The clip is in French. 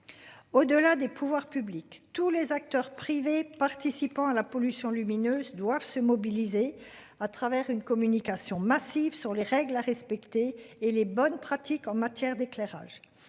Au-delà des pouvoirs publics, tous les acteurs privés participant à la pollution lumineuse doivent se mobiliser à travers une communication massive sur les règles à respecter et les bonnes pratiques en matière d'éclairage.